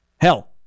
Hell